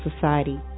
Society